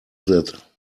that